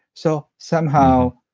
so somehow,